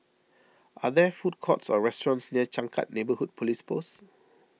are there food courts or restaurants near Changkat Neighbourhood Police Post